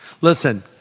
Listen